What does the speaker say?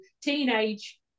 teenage